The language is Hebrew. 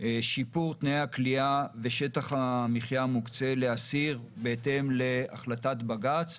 שיפור תנאי הכליאה ושטח המחיה המוקצה לאסיר בהתאם להחלטת בג"ץ.